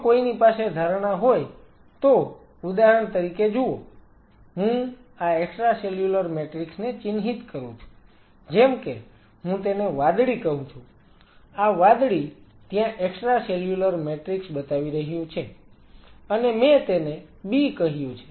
જો કોઈની પાસે ધારણા હોય તો ઉદાહરણ તરીકે જુઓ હું આ એક્સ્ટ્રાસેલ્યુલર મેટ્રિક્સ ને ચિહ્નિત કરું છું જેમ કે હું તેને વાદળી કહું છું આ વાદળી ત્યાં એક્સ્ટ્રાસેલ્યુલર મેટ્રિક્સ બતાવી રહ્યું છે અને મેં તેને B કહ્યું છે